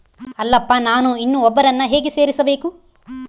ಅಲ್ಲಪ್ಪ ನಾನು ಇನ್ನೂ ಒಬ್ಬರನ್ನ ಹೇಗೆ ಸೇರಿಸಬೇಕು?